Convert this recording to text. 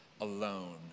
alone